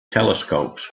telescopes